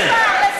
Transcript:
די כבר.